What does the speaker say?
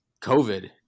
COVID